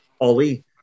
Oli